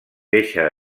deixa